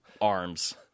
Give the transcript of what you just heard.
arms